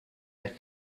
eich